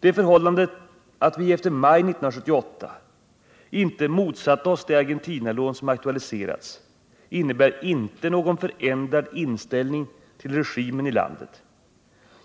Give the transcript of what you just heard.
Det förhållande att vi efter maj 1978 inte motsatt oss de Argentinalån som aktualiserats innebär inte någon förändrad inställning till regimen i landet.